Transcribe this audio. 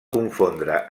confondre